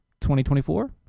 2024